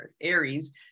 Aries